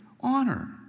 honor